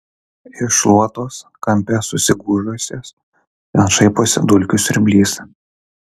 iš šluotos kampe susigūžusios ten šaiposi dulkių siurblys